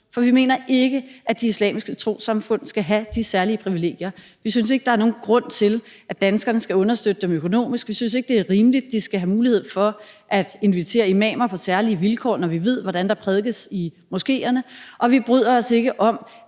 for vi mener ikke, at de islamiske trossamfund skal have de særlige privilegier. Vi synes ikke, der er nogen grund til, at danskerne skal understøtte dem økonomisk. Vi synes ikke, det er rimeligt, at de skal have mulighed for at invitere imamer på særlige vilkår, når vi ved, hvordan der prædikes i moskéerne. Og vi bryder os ikke om,